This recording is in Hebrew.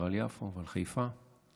על יפו ועל חיפה.